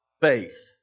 faith